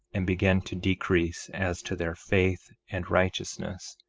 and began to decrease as to their faith and righteousness,